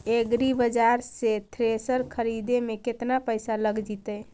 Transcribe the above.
एग्रिबाजार से थ्रेसर खरिदे में केतना पैसा लग जितै?